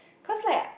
cause like